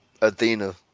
Athena